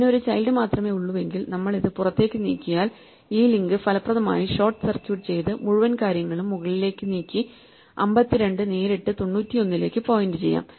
ഇതിന് ഒരു ചൈൽഡ് മാത്രമേ ഉള്ളൂവെങ്കിൽ നമ്മൾ ഇത് പുറത്തേക്ക് നീക്കിയാൽ ഈ ലിങ്ക് ഫലപ്രദമായി ഷോർട്ട് സർക്യൂട്ട് ചെയ്ത് മുഴുവൻ കാര്യങ്ങളും മുകളിലേക്ക് നീക്കി 52 നേരിട്ട് 91 ലേക്ക് പോയിന്റ് ചെയ്യാം